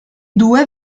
due